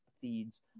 feeds